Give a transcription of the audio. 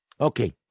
Okay